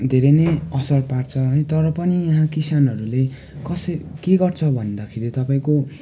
धेरै नै असर पार्छ है तर पनि यहाँ किसानहरूले कसैले के गर्छ भन्दाखेरि तपाईँको